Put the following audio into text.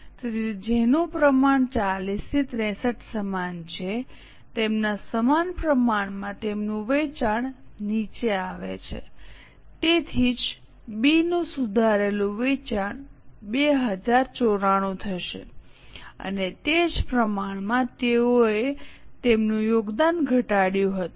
તેથી જેનું પ્રમાણ 40 થી 63 સમાન છે તેમના સમાન પ્રમાણમાં તેમનું વેચાણ નીચે આવે છે તેથી જ બી નું સુધારેલું વેચાણ 2094 થશે અને તે જ પ્રમાણમાં તેઓએ તેમનું યોગદાન ઘટાડ્યું હતું